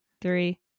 three